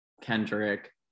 Kendrick